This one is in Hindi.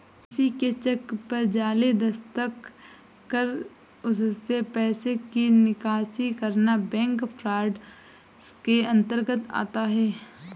किसी के चेक पर जाली दस्तखत कर उससे पैसे की निकासी करना बैंक फ्रॉड के अंतर्गत आता है